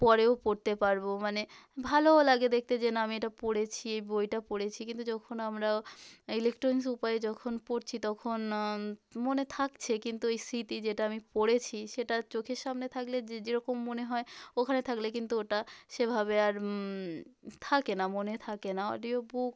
পরেও পড়তে পারব মানে ভালোও লাগে দেখতে যে না আমি এটা পড়েছি এই বইটা পড়েছি কিন্তু যখন আমরা ইলেকট্রনিক্স উপায়ে যখন পড়ছি তখন মনে থাকছে কিন্তু এই স্মৃতি যে এটা আমি পড়েছি সেটা চোখের সামনে থাগলে যে যেরকম মনে হয় ওখানে থাগলে কিন্তু ওটা সেভাবে আর থাকে না মনে থাকে না অডিও বুক